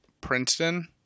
Princeton